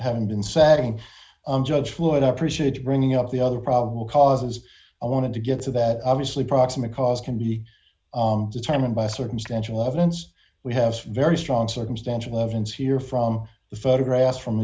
having been sagging judge would appreciate bringing up the other problem because i wanted to get to that obviously proximate cause can be determined by circumstantial evidence we have very strong circumstantial evidence here from the photographs from